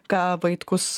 ką vaitkus